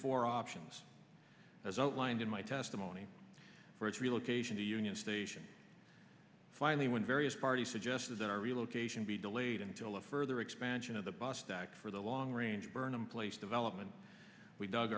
four options as outlined in my testimony for its relocation to union station finally when various parties suggested that our relocation be delayed until a further expansion of the bus back for the long range burning placed development we dug